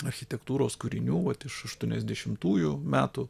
architektūros kūrinių vat iš aštuoniasdešimtųjų metų